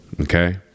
Okay